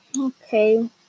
Okay